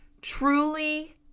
truly